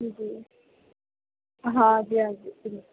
جی ہاں جی ہاں جی